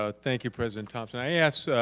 ah thank you president thomson. i ask